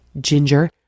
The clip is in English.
ginger